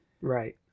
Right